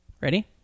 Ready